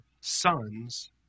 sons